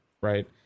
right